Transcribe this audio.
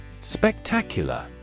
Spectacular